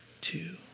two